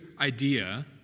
idea